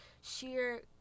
sheer